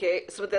זאת אומרת,